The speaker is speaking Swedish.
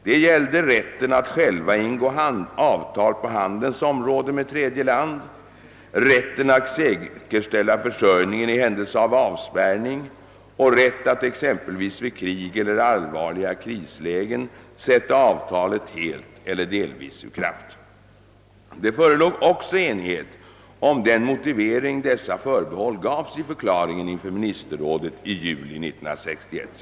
De gällde rätten att själva ingå avtal på handelns område med tredje land, rätten att säkerställa försörjningen i händelse av avspärrning och rätt att exempelvis vid krig eller allvarliga krislägen sätta avtalet helt eller delvis ur kraft. Det förelåg också enighet om den motivering dessa förbehåll gavs i förklaringen inför ministerrådet i juli 1962.